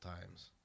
times